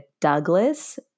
Douglas